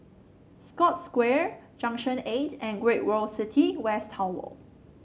Scotts Square Junction Eight and Great World City West Tower